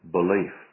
belief